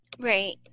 Right